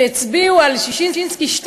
שהצביעו על ששינסקי 2